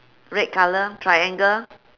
red colour triangle